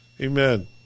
Amen